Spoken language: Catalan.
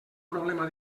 problema